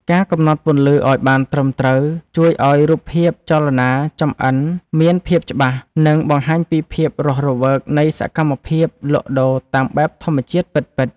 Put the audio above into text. ការកំណត់ពន្លឺឱ្យបានត្រឹមត្រូវជួយឱ្យរូបភាពចលនាចម្អិនមានភាពច្បាស់ និង បង្ហាញពីភាពរស់រវើកនៃសកម្មភាពលក់ដូរតាមបែបធម្មជាតិពិតៗ។